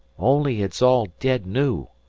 only it's all dead new.